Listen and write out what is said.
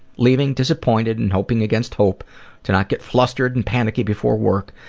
leaving disappointed and hoping against hope to not get flustered and panicky before work,